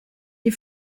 les